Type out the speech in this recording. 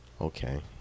Okay